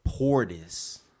Portis